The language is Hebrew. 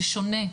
זה שונה,